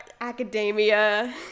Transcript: academia